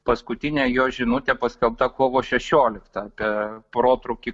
paskutinė jo žinutė paskelbta kovo šešiolikta apie protrūkį